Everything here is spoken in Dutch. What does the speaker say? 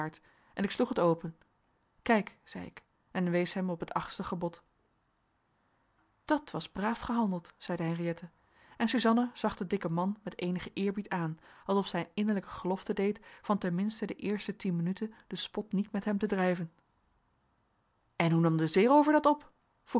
en ik sloeg het open kijk zei ik en wees hem op het achtste gebod dat was braaf gehandeld zeide henriëtte en suzanna zag den dikken man met eenigen eerbied aan alsof zij een innerlijke gelofte deed van ten minste de eerste tien minuten den spot niet met hem te drijven en hoe nam de zeeroover dat op